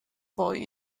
boy